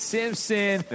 Simpson